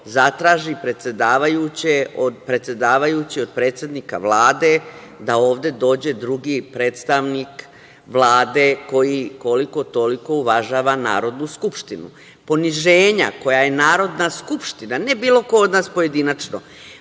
zatraži predsedavajući od predsednika Vlade da ovde dođe drugi predstavnik Vlade koji koliko toliko uvažava Narodnu skupštinu. Poniženja koja je Narodna skupština, ne bilo ko od nas pojedinačno,